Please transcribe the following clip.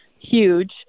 huge